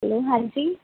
hello ਹਾਂਜੀ